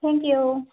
thank you